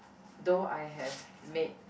though I have maid